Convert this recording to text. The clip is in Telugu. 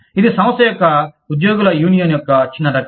ఇది సంస్థ యొక్క ఉద్యోగుల యూనియన్ యొక్క చిన్న రకం